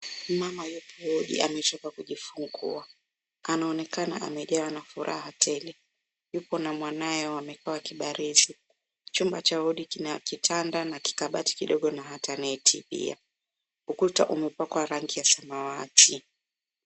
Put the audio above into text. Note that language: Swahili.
Mama yupo wodi ametoka kujifungua. Anaonekana amejawa na furaha tele. Yuko na mwanawe wamekuwa wakibarizi. Chumba cha wodi kina kitanda na kikabati kidogo na hata neti pia. Ukuta umepakwa rangi ya samawati.